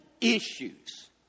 issues